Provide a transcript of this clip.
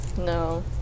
No